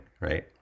right